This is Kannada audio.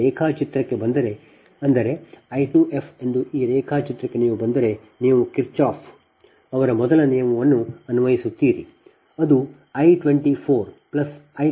ನೀವು ಈ ರೇಖಾಚಿತ್ರಕ್ಕೆ ಬಂದರೆ I 2f ಎಂದು ಈ ರೇಖಾಚಿತ್ರಕ್ಕೆ ನೀವು ಬಂದರೆ ನೀವು ಕಿರ್ಚಾಫ್ ಅವರ ಮೊದಲ ನಿಯಮವನ್ನು ಇಲ್ಲಿ ಅನ್ವಯಿಸುತ್ತೀರಿ